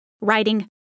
writing